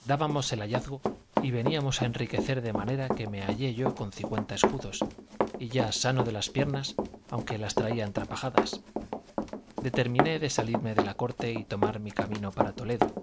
dábannos el hallazgo y veníamos a enriquecer de manera que me hallé yo con cincuenta escudos y ya sano de las piernas aunque las traía entrapajadas determiné de salirme de la corte y tomar mi camino para toledo